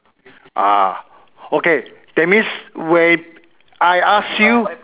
ah okay that's means when I ask you